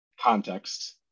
context